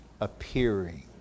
appearing